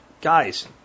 guys